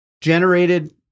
generated